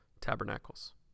tabernacles